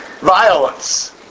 Violence